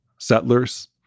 settlers